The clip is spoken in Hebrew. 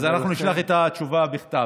אז נשלח את התשובה בכתב.